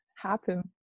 happen